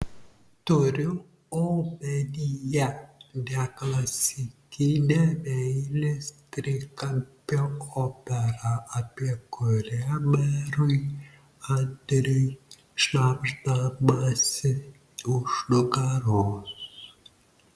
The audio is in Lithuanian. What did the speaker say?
turiu omenyje ne klasikinę meilės trikampio operą apie kurią merui andriui šnabždamasi už nugaros